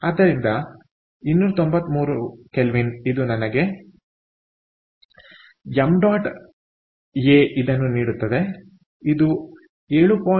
ಆದ್ದರಿಂದ 293 K ಇದು ನನಗೆ 𝑚̇ a ಇದನ್ನು ನೀಡುತ್ತದೆ ಇದು 7